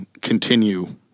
continue